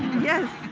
yes.